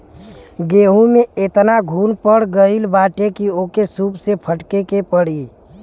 गेंहू में एतना घुन पड़ गईल बाटे की ओके सूप से फटके के पड़ी